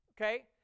Okay